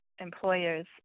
employers